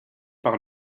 par